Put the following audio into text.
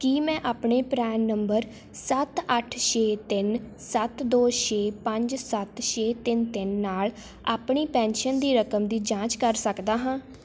ਕੀ ਮੈਂ ਆਪਣੇ PRAN number ਸੱਤ ਅੱਠ ਛੇ ਤਿੰਨ ਸੱਤ ਦੋ ਛੇ ਪੰਜ ਸੱਤ ਛੇ ਤਿੰਨ ਤਿੰਨ ਨਾਲ ਆਪਣੀ ਪੈਨਸ਼ਨ ਦੀ ਰਕਮ ਦੀ ਜਾਂਚ ਕਰ ਸਕਦਾ ਹਾਂ